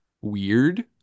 weird